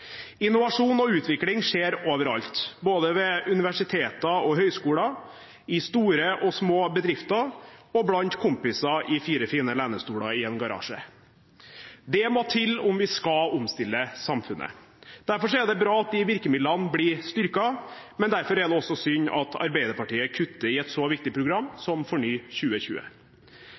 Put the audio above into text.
Innovasjon og utvikling skjer overalt, både ved universiteter og høyskoler, i store og små bedrifter og blant kompiser i «fire fine lænestola» i en garasje. Det må til om vi skal omstille samfunnet. Derfor er det bra at de virkemidlene blir styrket, men derfor er det også synd at Arbeiderpartiet kutter i et så viktig program